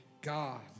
God